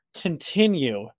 continue